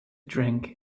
drink